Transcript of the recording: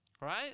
Right